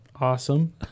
Awesome